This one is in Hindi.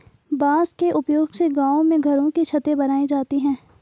बांस के उपयोग से गांव में घरों की छतें बनाई जाती है